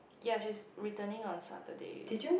ya she's returning on Saturday